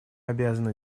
обязаны